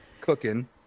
cooking